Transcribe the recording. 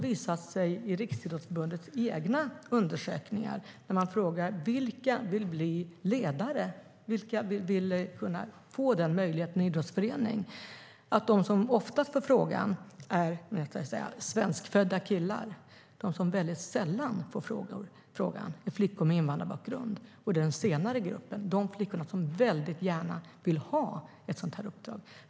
I Riksidrottsförbundets egna undersökningar har man frågat vilka som vill bli ledare i en idrottsförening. De som oftast får den frågan är svenskfödda killar. De som väldigt sällan får frågan är flickor med invandrarbakgrund, och den senare gruppen vill väldigt gärna ha ett sådant uppdrag.